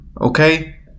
okay